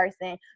person